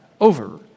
over